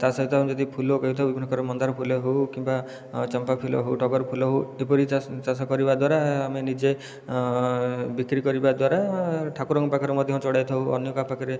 ତା'ସହିତ ଆମେ ଯଦି ଫୁଲ କହିଥାଉ ବିଭିନ୍ନ ପ୍ରକାର ମନ୍ଦାର ଫୁଲ ହେଉ କିମ୍ବା ଚମ୍ପା ଫୁଲ ହେଉ ଟଗର ଫୁଲ ହେଉ ଏପରି ଚାଷ କରିବା ଦ୍ୱାରା ଆମେ ନିଜେ ବିକ୍ରି କରିବା ଦ୍ୱାରା ଠାକୁରଙ୍କ ପାଖରେ ମଧ୍ୟ ଚଢ଼ାଇ ଥାଉ ଅନ୍ୟ କାହା ପାଖରେ